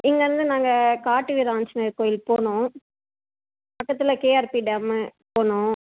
இங்கிருந்து நாங்கள் காட்டு வீர ஆஞ்சநேயர் கோயில் போகணும் பக்கத்தில் கேஆர்பி டேம்மு போகணும்